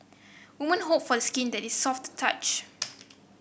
women hope for the skin that is soft to touch